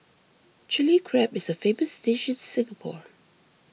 Chilli Crab is a famous dish in Singapore